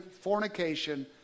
fornication